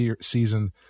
season